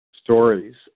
stories